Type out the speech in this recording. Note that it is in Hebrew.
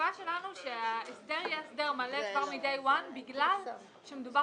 השאיפה שלנו שההסדר יהיה הסדר מלא כבר מ-day one -- זה לא.